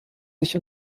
sich